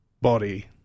body